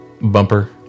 bumper